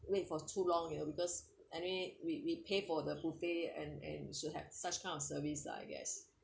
wait for too long you know because anyway we we pay for the buffet and and should have such kind of service lah I guess